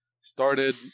Started